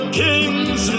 kings